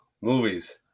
Movies